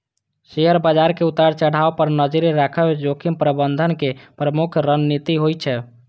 share बाजार के उतार चढ़ाव पर नजरि राखब जोखिम प्रबंधनक प्रमुख रणनीति होइ छै